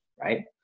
right